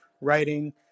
writing